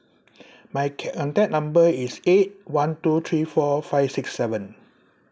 my cad~ contact number is eight one two three four five six seven